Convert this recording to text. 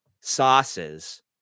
sauces